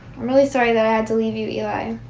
really sorry that i had to leave you, eli.